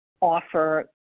offer